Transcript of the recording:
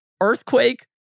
earthquake